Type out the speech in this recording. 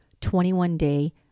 21-day